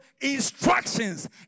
instructions